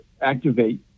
activate